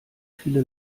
viele